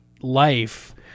life